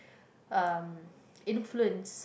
um influence